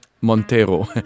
Montero